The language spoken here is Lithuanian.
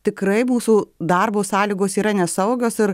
tikrai mūsų darbo sąlygos yra nesaugios ir